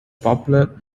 popular